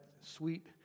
sweet